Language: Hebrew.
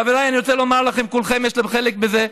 חבריי, אני רוצה לומר לכם שלכולכם יש חלק בזה.